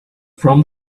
from